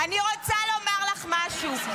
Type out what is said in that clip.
--- אני רוצה לומר לך משהו.